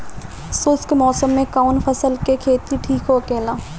शुष्क मौसम में कउन फसल के खेती ठीक होखेला?